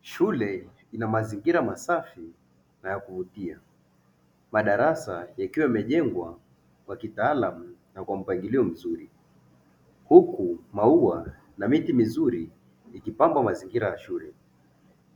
Shule ina mazingira masafi na ya kuvutia, madarasa yakiwa yamejengwa kwa kitaalamu na kwa mpangilio mzuri, huku maua na miti mizuri ikipamba mazingira ya shule,